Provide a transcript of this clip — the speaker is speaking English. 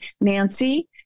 Nancy